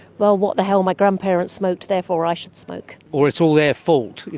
well, what the hell, my grandparents smoked, therefore i should smoke. or it's all their fault, you